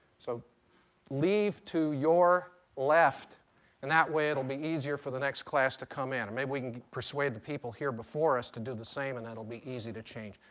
so leave to your left and that way it'll be easier for the next class to come in. and maybe we can persuade the people here before us to do the same and then it'll be easy to change.